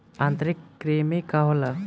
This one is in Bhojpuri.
आंतरिक कृमि का होला?